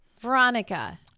Veronica